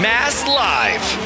MassLive